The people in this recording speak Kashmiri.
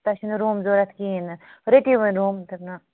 تۄہہِ چھُنہٕ روٗم ضوٚرَتھ کِہیٖنۍ نہٕ رٔٹِو وَنۍ روٗم تہٕ نَہ